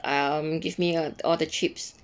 um give me uh all the chips